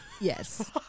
Yes